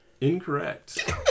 incorrect